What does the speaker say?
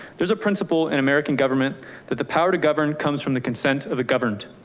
there's a principle in american government that the power to govern comes from the consent of the governed.